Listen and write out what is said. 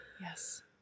yes